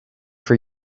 for